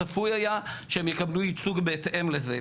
צפוי היה שהם יקבלו ייצוג בהתאם לזה.